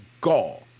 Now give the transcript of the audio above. gall